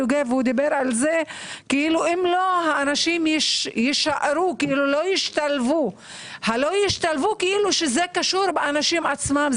יוגב דיבר על זה שהאנשים לא השתלבו כאילו זה קשור באנשים עצמם.